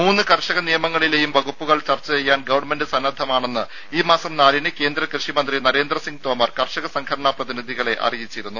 മൂന്ന് കർഷക നിയമങ്ങളിലേയും വകുപ്പുകൾ ചർച്ച ചെയ്യാൻ ഗവൺമെന്റ് സന്നദ്ധമാണെന്ന് ഈ മാസം നാലിന് കേന്ദ്ര കൃഷി മന്ത്രി നരേന്ദ്രസിങ് തോമർ കർഷക സംഘടനാ പ്രതിനിധികളെ അറിയിച്ചിരുന്നു